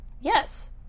yes